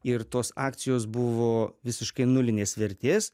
ir tos akcijos buvo visiškai nulinės vertės